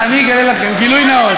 אני אגלה לכם גילוי נאות,